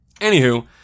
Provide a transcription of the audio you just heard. Anywho